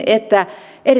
että